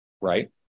right